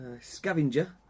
Scavenger